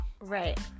Right